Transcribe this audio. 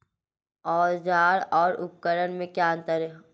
औज़ार और उपकरण में क्या अंतर है?